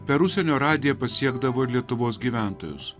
per užsienio radiją pasiekdavo ir lietuvos gyventojus